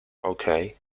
okay